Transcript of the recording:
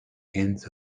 hens